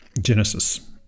Genesis